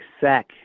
sack